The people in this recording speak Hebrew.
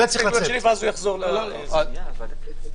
עוזר להרבה מאוד אנשים שגרים לא בכתובת המגורים הרשומה.